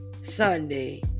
Sunday